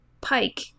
Pike